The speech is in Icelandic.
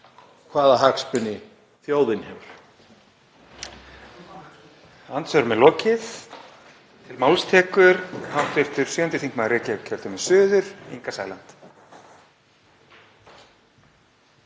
hvaða hagsmuni þjóðin hefur.